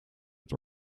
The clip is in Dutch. het